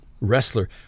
wrestler